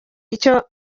icyo